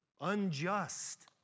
unjust